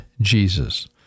Jesus